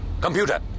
Computer